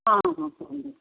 ହଁ ହଁ କୁହନ୍ତୁ